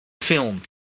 film